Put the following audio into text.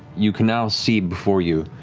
you can now see before you,